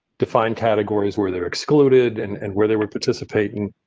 defined categories where they're excluded and and where they were participating.